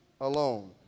alone